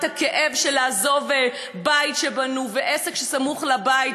את הכאב של לעזוב בית שבנו ועסק שסמוך לבית,